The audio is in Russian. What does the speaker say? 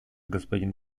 господин